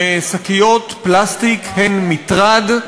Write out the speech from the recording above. ששקיות פלסטיק הן מטרד,